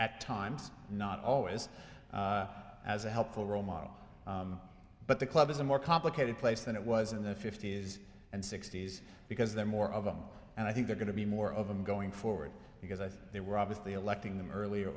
at times not always as a helpful role model but the club is a more complicated place than it was in the fifty's and sixty's because there are more of them and i think they're going to be more of them going forward because i think they were obviously electing them earlier